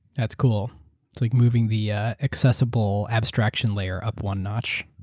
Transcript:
that's cool. it's like moving the yeah accessible abstraction layer up one notch.